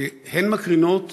הן מקרינות